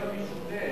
רוב שונה